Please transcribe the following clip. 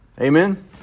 Amen